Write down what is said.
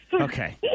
okay